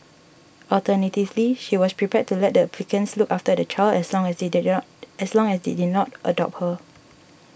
alternatively she was prepared to let the applicants look after the child as long as they did not as long as they did not adopt her